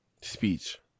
speech